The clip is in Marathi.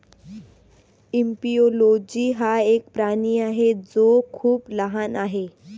एपिओलोजी हा एक प्राणी आहे जो खूप लहान आहे